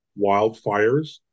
wildfires